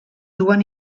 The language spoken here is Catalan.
duen